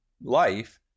life